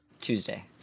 Tuesday